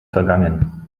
vergangen